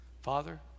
Father